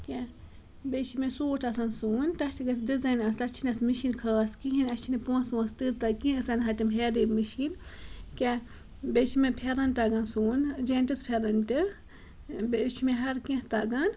کینٛہہ بیٚیہِ چھِ مےٚ سوٗٹ آسان سُوُن تَتھ چھِ گژھِ ڈِزایِن آسہِ تَتہِ چھِنہٕ اَسہِ مِشیٖن خاص کِہیٖنۍ اَسہِ چھِنہٕ پونٛسہٕ وونٛسہٕ تۭژ تَگ کینٛہہ أسۍ اَنہا تِم ہیٚرۍ مِشیٖن کینٛہہ بیٚیہِ چھِ مےٚ پھٮ۪رَن تَگان سُوُن جَنٹٕس پھیرَن تہِ بیٚیہِ چھُ مےٚ ہَر کینٛہہ تَگان